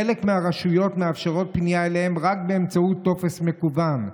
חלק מהרשויות מאפשרות פנייה אליהן רק באמצעות טופס מקוון.